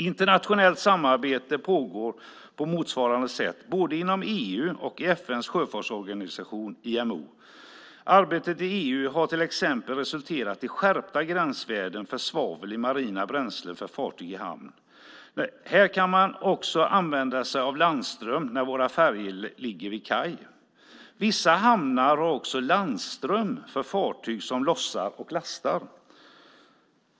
Internationellt samarbete pågår på motsvarande sätt både inom EU och i FN:s sjöfartsorganisation IMO. Arbetet i EU har till exempel resulterat i skärpta gränsvärden för svavel i marina bränslen för fartyg i hamn. Här kan man också använda sig av landström när våra färjor ligger vid kaj. Vissa hamnar har också landström för fartyg som lossar och lastar.